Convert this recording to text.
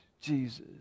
Jesus